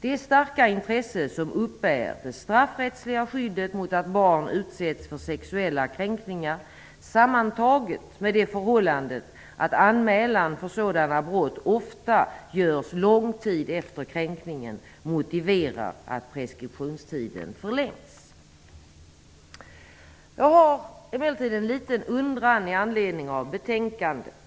Det starka intresse som uppbär det straffrättsliga skyddet mot att barn utsätts för sexuella kränkningar sammantaget med det förhållandet att anmälan för sådana brott ofta görs en lång tid efter kränkningen motiverar att preskriptionstiden förlängs. Jag har emellertid en liten undran med anledning av betänkandet.